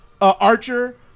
Archer